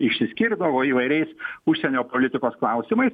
išsiskirdavo įvairiais užsienio politikos klausimais